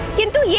into yeah